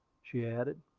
she added.